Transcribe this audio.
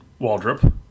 Waldrop